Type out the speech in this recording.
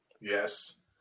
Yes